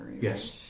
Yes